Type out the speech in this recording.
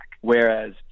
whereas